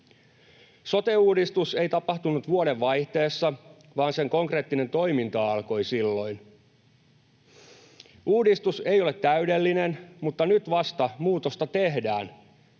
Sote-uudistus ei tapahtunut vuodenvaihteessa, vaan sen konkreettinen toiminta alkoi silloin. Uudistus ei ole täydellinen, mutta nyt vasta muutosta tehdään.